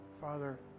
Father